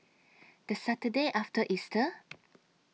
The Saturday after Easter